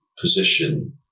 position